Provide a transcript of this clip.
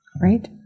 right